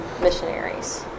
missionaries